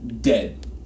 dead